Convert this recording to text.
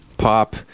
pop